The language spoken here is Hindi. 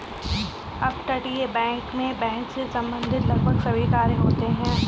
अपतटीय बैंक मैं बैंक से संबंधित लगभग सभी कार्य होते हैं